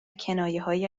کنایههای